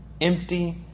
empty